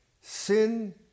Sin